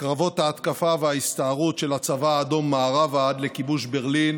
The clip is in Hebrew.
קרבות ההתקפה וההסתערות של הצבא האדום מערבה ועד לכיבוש ברלין